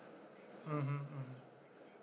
mmhmm mm